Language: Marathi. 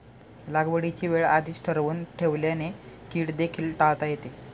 लागवडीची वेळ आधीच ठरवून ठेवल्याने कीड देखील टाळता येते